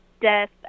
death